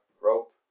rope